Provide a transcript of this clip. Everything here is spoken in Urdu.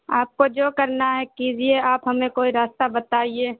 آپ کو جو کرنا ہے کیجیے آپ ہمیں کوئی راستہ بتائیے